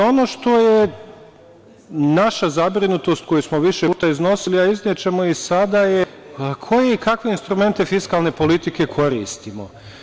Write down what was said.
Ono što je naša zabrinutost koju smo više puta iznosili, a iznećemo je i sada je koje i kakve instrumente fiskalne politike koristimo.